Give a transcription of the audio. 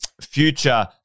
future